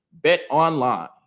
BetOnline